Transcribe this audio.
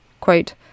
quote